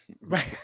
Right